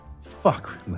Fuck